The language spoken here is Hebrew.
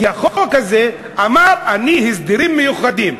כי החוק הזה אמר, אני הסדרים מיוחדים.